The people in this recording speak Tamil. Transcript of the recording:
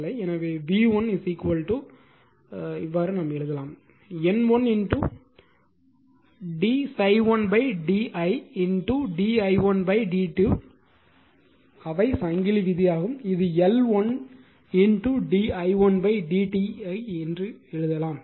எனவே v1 நாம் எழுதலாம் N1 d ∅1 d i1 d i1 dt அவை சங்கிலி விதி இது L1 di1 dt ஐ எழுதலாம்